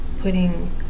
putting